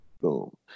Boom